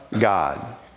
God